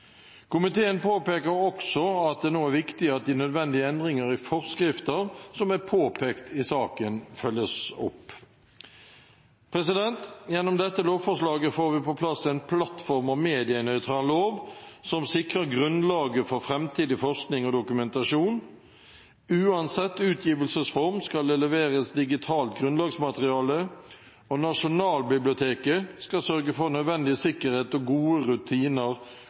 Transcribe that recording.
Komiteen påpeker også at det nå er viktig at de nødvendige endringer i forskrifter som er påpekt i saken, følges opp. Gjennom dette lovforslaget får vi på plass en plattform- og medienøytral lov som sikrer grunnlaget for framtidig forskning og dokumentasjon. Uansett utgivelsesform skal det leveres digitalt grunnlagsmateriale, og Nasjonalbiblioteket skal sørge for nødvendig sikkerhet og gode rutiner